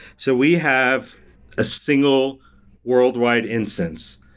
so we have a single worldwide instance.